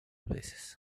veces